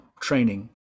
training